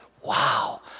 Wow